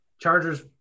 Chargers